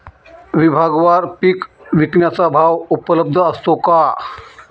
विभागवार पीक विकण्याचा भाव उपलब्ध असतो का?